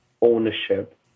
ownership